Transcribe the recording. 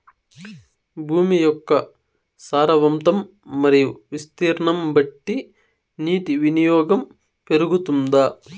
భూమి యొక్క సారవంతం మరియు విస్తీర్ణం బట్టి నీటి వినియోగం పెరుగుతుందా?